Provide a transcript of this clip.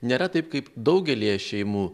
nėra taip kaip daugelyje šeimų